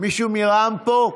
מישהו מרע"מ פה?